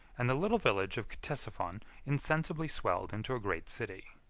and the little village of ctesiphon insensibly swelled into a great city.